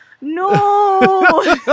no